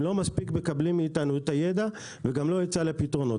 הם לא מספיק מקבלים מאיתנו את הידע וגם לא את סל הפתרונות.